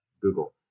Google